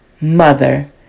mother